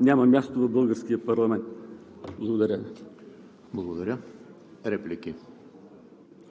няма място в българския парламент. Благодаря